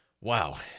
wow